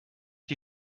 die